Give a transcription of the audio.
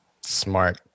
Smart